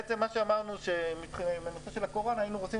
אמרנו בנושא של הקורונה שהיינו רוצים